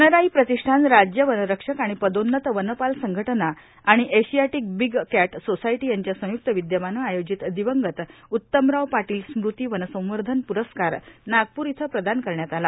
वनराई प्रतिष्ठान राज्य वनरक्षक आणि पदोन्नत वनपाल संघटना आणि एशियाटिक बिग कॅट सोसायटी यांच्या संयुक्त विद्यमानं आयोजित दिवंगत उत्तमराव पाटील स्मृती वनसंवर्धन प्ररस्कार न्रकताच नागप्रर इथं प्रदान करण्यात आला